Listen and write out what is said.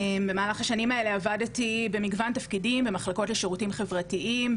במהלך השנים האלה עבדתי במגוון תפקידים במחלקות לשירותים חברתיים,